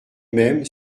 même